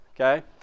okay